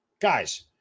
Guys